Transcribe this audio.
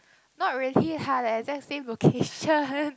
not really hard the exact same location